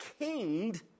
kinged